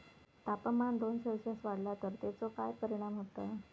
तापमान दोन सेल्सिअस वाढला तर तेचो काय परिणाम होता?